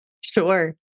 Sure